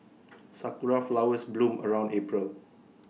Sakura Flowers bloom around April